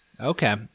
Okay